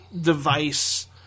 device